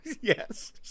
Yes